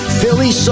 Philly